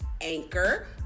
Anchor